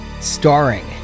starring